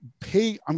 pay